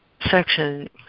section